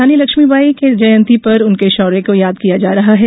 रानी लक्ष्मीबाई के जयंती पर उनके शौर्य को याद किया जा रहा है